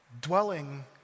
dwelling